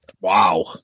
Wow